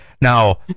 now